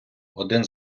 один